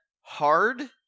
hard